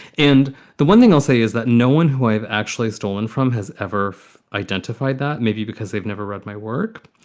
and the one thing i'll say is that no one who i've actually stolen from has ever identified that maybe because they've never read my work.